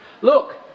Look